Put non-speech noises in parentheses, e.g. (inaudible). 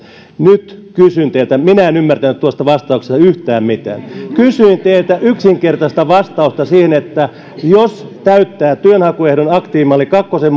nyt kysyn teiltä kun minä en ymmärtänyt tuosta vastauksesta yhtään mitään kysyin teiltä yksinkertaista vastausta siihen että jos täyttää työnhakuehdon aktiivimalli kakkosen (unintelligible)